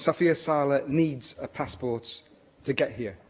safia saleh needs a passport to get here,